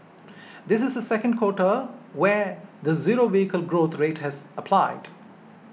this is the second quota where the zero vehicle growth rate has applied